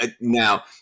now